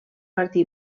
martí